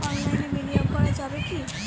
অনলাইনে বিনিয়োগ করা যাবে কি?